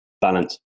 balance